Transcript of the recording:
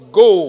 go